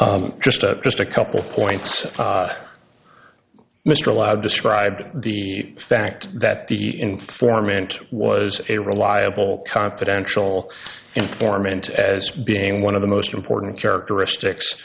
just a just a couple points mr allow described the fact that the informant was a reliable confidential informant as being one of the most important characteristics